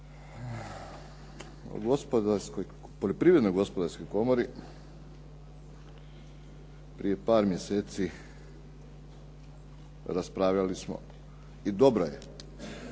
O poljoprivrednoj gospodarskoj komori prije par mjeseci raspravljali smo i dobra je